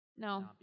No